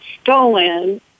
stolen